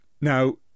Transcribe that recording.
Now